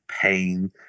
pain